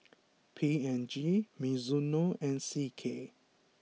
P N G Mizuno and C K